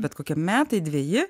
bet kokie metai dveji